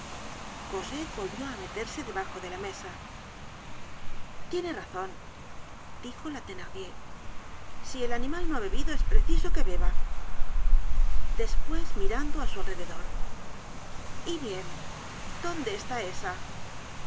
cosette volvió á meterse debajo de la mesa tiene razon dijo la thenardier si el animal no ha bebido es preciso que beba despues mirando á su alrededor content from google book search generated at y bien dónde está esa